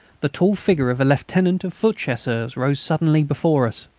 the tall figure of a lieutenant of foot chasseurs rose suddenly before us.